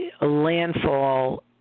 landfall